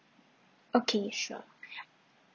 okay sure